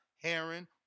Heron